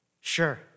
Sure